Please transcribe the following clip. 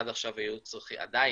עד עכשיו היו צריכים בשביל זה, ועדיין,